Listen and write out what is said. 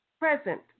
present